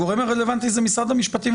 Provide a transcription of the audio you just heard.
הגורם הרלוונטי זה משרד המשפטים,